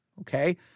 Okay